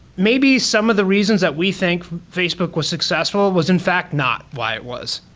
maybe some of the reasons that we think facebook was successful was in fact not why it was.